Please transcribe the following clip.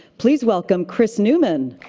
please welcome chris newman.